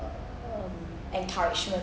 uh um encouragement